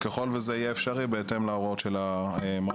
ככל שזה יהיה אפשרי בהתאם להוראות של המל"ג.